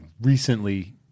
recently